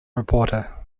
reporter